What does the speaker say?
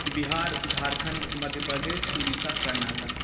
Bihar Jharkhand Madhya Pradesh Orissa Karnataka